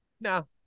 No